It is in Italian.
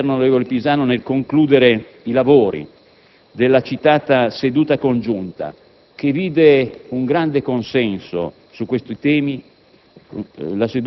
Il ministro dell'interno, onorevole Pisanu, nel concludere i lavori della citata seduta congiunta del 22 febbraio 2006, che vide un grande consenso su questi temi,